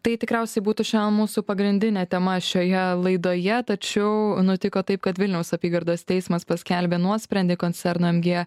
tai tikriausiai būtų šiandien mūsų pagrindinė tema šioje laidoje tačiau nutiko taip kad vilniaus apygardos teismas paskelbė nuosprendį koncerno mg